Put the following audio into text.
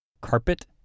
Carpet